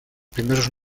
primeros